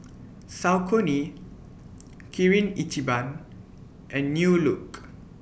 Saucony Kirin Ichiban and New Look